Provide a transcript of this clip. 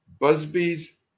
Busby's